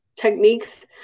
techniques